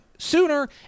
sooner